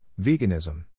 Veganism